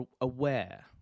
aware